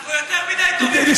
אנחנו יותר מדי טובים אתכם.